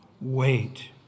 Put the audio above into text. Wait